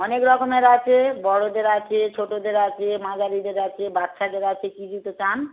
অনেক রকমের আছে বড়োদের আছে ছোটোদের আছে মাঝারিদের আছে বাচ্চাদের আছে কি জুতো চান